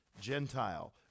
Gentile